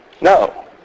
No